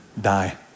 die